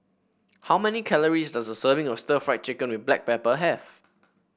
how many calories does a serving of stir Fry Chicken with Black Pepper have